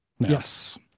Yes